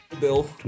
Bill